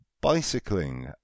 bicycling